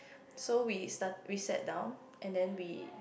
so we start we sat down and then we